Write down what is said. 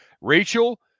Rachel